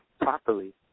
properly